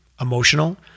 emotional